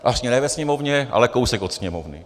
Vlastně ne ve Sněmovně, ale kousek od Sněmovny.